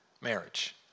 marriage